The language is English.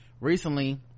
Recently